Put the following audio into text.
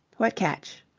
what catch?